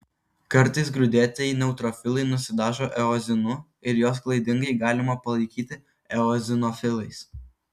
kartais grūdėtieji neutrofilai nusidažo eozinu ir juos klaidingai galima palaikyti eozinofilais